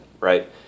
right